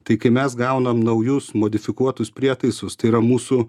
tai kai mes gaunam naujus modifikuotus prietaisus tai yra mūsų